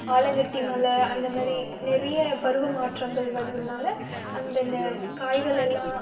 ஆலங்கட்டி மழை அந்தமாதிரி நிறைய பருவ மாற்றங்கள் வர்றதுனால் அந்த நே காய்கள் எல்லாம்